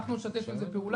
אנחנו נשתף עם זה פעולה,